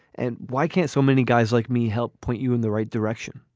and why can't so many guys like me help point you in the right direction?